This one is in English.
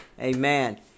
Amen